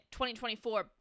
2024